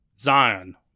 Zion